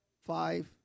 five